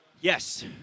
Yes